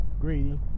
greedy